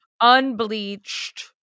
unbleached